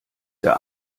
der